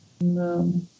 no